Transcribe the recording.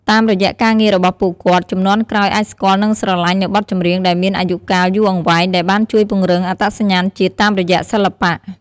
តាមរយៈការងាររបស់ពួកគាត់ ជំនាន់ក្រោយអាចស្គាល់ និងស្រឡាញ់នូវបទចម្រៀងដែលមានអាយុកាលយូរអង្វែង ដែលបានជួយពង្រឹង អត្តសញ្ញាណជាតិ តាមរយៈសិល្បៈ។